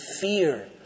fear